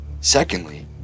Secondly